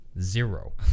Zero